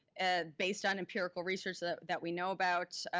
and based on empirical research that that we know about,